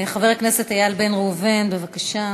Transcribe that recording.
חבר הכנסת איל בן ראובן, בבקשה.